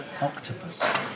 octopus